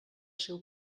seu